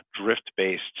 drift-based